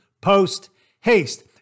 post-haste